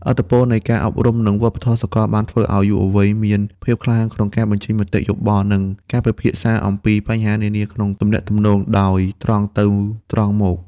ឥទ្ធិពលនៃការអប់រំ និងវប្បធម៌សកលបានធ្វើឱ្យយុវវ័យមានភាពក្លាហានក្នុងការបញ្ចេញមតិយោបល់ និងការពិភាក្សាអំពីបញ្ហានានាក្នុងទំនាក់ទំនងដោយត្រង់ទៅត្រង់មក។